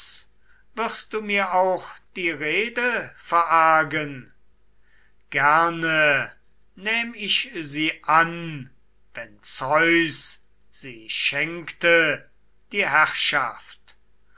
wirst du mir auch die rede verargen gerne nähm ich sie an wenn zeus sie schenkte die herrschaft